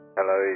Hello